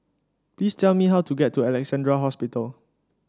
please tell me how to get to Alexandra Hospital